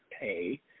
Pay